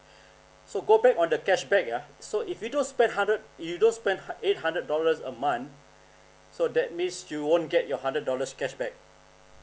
so go back on the cashback ah so if you don't spend hundred you don't spend eight hundred dollars a month so that means you won't get your hundred dollars cashback